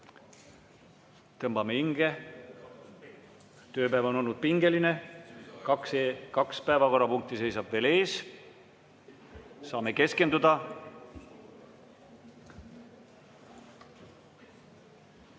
Tõmbame hinge. Tööpäev on olnud pingeline, kaks päevakorrapunkti seisab veel ees. Saame keskenduda.